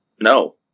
No